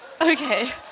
Okay